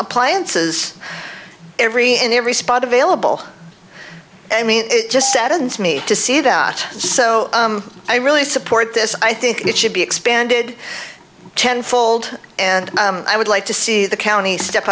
appliances every in every spot available i mean it just saddens me to see that so i really support this i think it should be expanded tenfold and i would like to see the county step